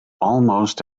almost